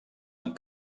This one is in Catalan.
amb